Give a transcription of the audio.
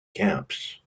camps